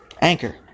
anchor